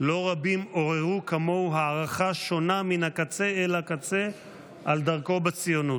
לא רבים עוררו כמוהו הערכה שונה מן הקצה אל הקצה על דרכו בציונות.